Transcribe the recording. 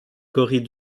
corée